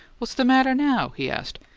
what's the matter now? he asked.